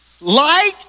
Light